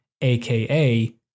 aka